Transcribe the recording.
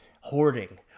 hoarding